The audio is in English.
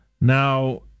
Now